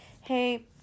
Hey